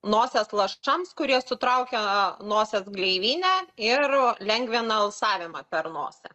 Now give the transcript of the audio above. nosies lašams kurie sutraukia nosies gleivinę ir lengvina alsavimą per nosį